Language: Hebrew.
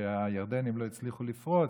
שהירדנים לא הצליחו לפרוץ,